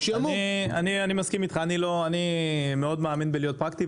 אני מסכים אתך, אני מאוד מאמין בלהיות פרקטי.